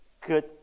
good